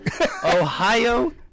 Ohio